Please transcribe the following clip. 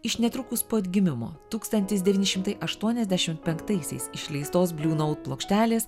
iš netrukus po atgimimo tūkstantis devyni šimtai aštuoniasdešimt penktaisiais išleistos bliu naut plokštelės